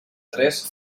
tres